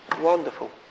wonderful